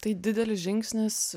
tai didelis žingsnis